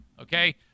okay